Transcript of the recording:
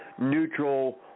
neutral